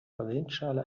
valenzschale